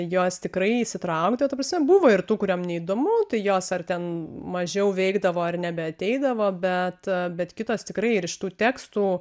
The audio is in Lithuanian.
jos tikrai įsitraukdavo ta prasme buvo ir tų kuriom neįdomu tai jos ar ten mažiau veikdavo ar nebeateidavo bet bet kitos tikrai ir iš tų tekstų